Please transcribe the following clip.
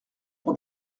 pour